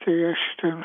tai aš ten